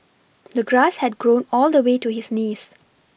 the grass had grown all the way to his knees